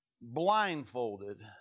Blindfolded